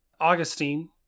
augustine